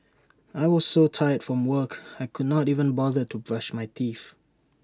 I was so tired from work I could not even bother to brush my teeth